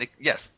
yes